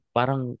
parang